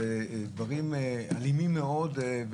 אלה דברים אלימים מאוד,